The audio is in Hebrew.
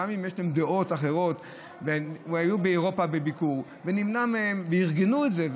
גם אם יש להם דעות אחרות והיו באירופה בביקור ונמנע מהם וארגנו את זה.